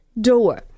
door